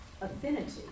affinity